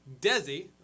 Desi